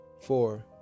four